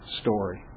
story